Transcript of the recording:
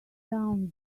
down